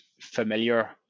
familiar